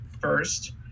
first